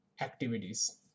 activities